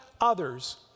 others